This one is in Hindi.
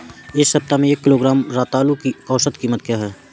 इस सप्ताह में एक किलोग्राम रतालू की औसत कीमत क्या है?